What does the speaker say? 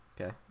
okay